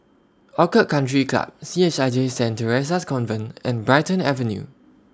Orchid Country Club C H I J Saint Theresa's Convent and Brighton Avenue